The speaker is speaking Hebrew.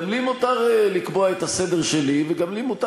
גם לי מותר לקבוע את הסדר שלי וגם לי מותר